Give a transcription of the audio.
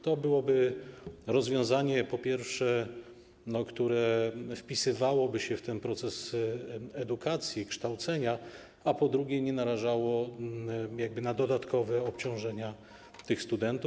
To byłoby rozwiązanie, po pierwsze, które wpisywałoby się w ten proces edukacji, kształcenia, a po drugie, nie narażałoby na dodatkowe obciążenie tych studentów.